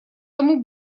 тому